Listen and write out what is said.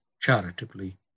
charitably